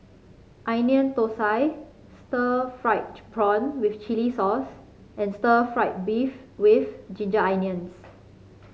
Onion Thosai Stir Fried Prawn with Chili Sauce and stir fry beef with Ginger Onions